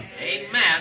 Amen